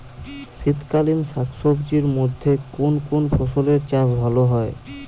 শীতকালীন শাকসবজির মধ্যে কোন কোন ফসলের চাষ ভালো হয়?